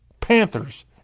Panthers